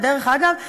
ודרך אגב,